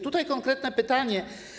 Tutaj konkretne pytanie.